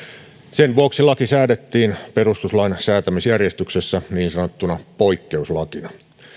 sen vuoksi laki säädettiin perustuslain säätämisjärjestyksessä niin sanottuna poikkeuslakina